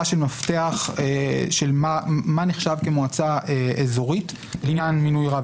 של מפתח של מה נחשב כמועצה אזורית לעניין מינוי רב